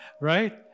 Right